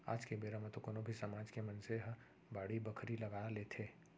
आज के बेरा म तो कोनो भी समाज के मनसे मन ह बाड़ी बखरी लगा लेथे